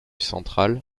central